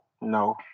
No